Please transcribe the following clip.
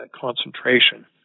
concentration